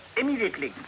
Immediately